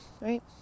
right